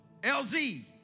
LZ